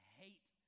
hate